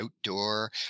outdoor